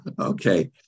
Okay